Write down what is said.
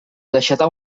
deixatar